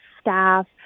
staff